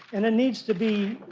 and needs to be